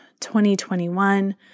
2021